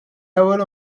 ewwel